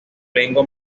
lengua